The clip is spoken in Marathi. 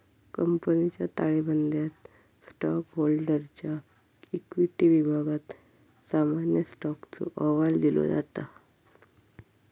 कंपनीच्या ताळेबंदयात स्टॉकहोल्डरच्या इक्विटी विभागात सामान्य स्टॉकचो अहवाल दिलो जाता